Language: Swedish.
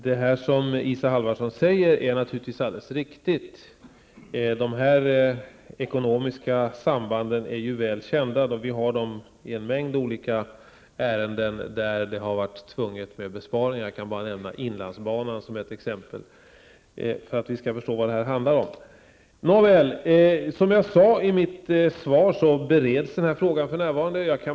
Herr talman! Det som Isa Halvarsson säger är naturligtvis helt riktigt; de här ekonomiska sambanden är väl kända. De finns i en mängd olika ärenden där besparingar har varit nödvändiga -- jag kan nämna inlandsbanan som ett exempel för att vi skall förstå vad det handlar om. Som jag sade i mitt svar, bereds frågan för närvarande.